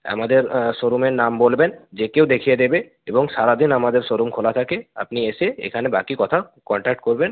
আমাদের শোরুমের নাম বলবেন যে কেউ দেখিয়ে দেবে এবং সারাদিন আমাদের শোরুম খোলা থাকে আপনি এসে এখানে বাকি কথা কনট্যাক্ট করবেন